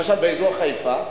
למשל באזור חיפה,